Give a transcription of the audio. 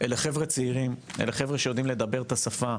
אלה חבר'ה צעירים, שיודעים לדבר את השפה.